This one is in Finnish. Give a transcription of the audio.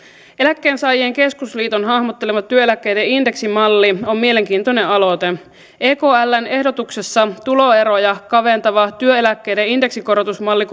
eläkkeensaajien keskusliiton hahmottelema työeläkkeiden indeksimalli on mielenkiintoinen aloite ekln ehdotuksessa tuloeroja kaventava työeläkkeiden indeksikorotusmalli